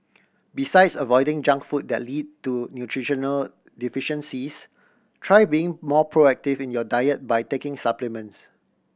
besides avoiding junk food that lead to nutritional deficiencies try being more proactive in your diet by taking supplements